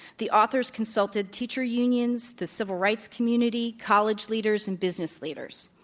the authors consulted teacher unions, the civil rights community, college leaders, and business leaders.